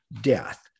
death